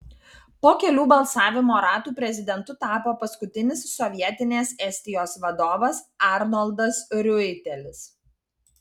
po kelių balsavimo ratų prezidentu tapo paskutinis sovietinės estijos vadovas arnoldas riuitelis